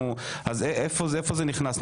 איפה זה נכנס?